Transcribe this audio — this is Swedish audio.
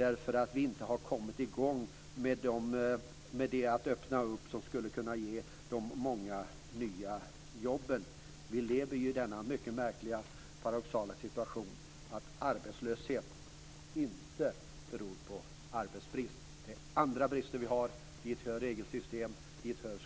Vi har inte kommit i gång med att öppna upp, vilket skulle kunna ge de många nya jobben. Vi lever i den mycket märkliga paradoxala situationen att arbetslöshet inte beror på arbetsbrist. Det är andra brister vi har. Dit hör regelsystem,